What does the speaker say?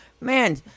Man